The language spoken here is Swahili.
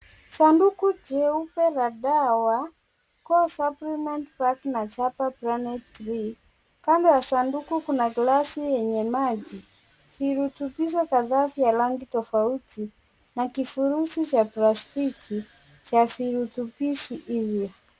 Sanduku jeupe la dawa co- supplement pack na apple planet tree . Kando ya sanduku kuna glasi yenye maji. Virutubisho kadhaa vya rangi tofauti na kifurushi cha plastiki cha virutubishi hivyo.